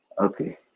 Okay